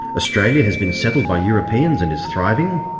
australia has been settled by europeans and is thriving,